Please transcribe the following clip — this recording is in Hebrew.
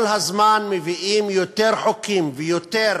כל הזמן מביאים יותר חוקים ויותר